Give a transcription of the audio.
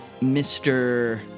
Mr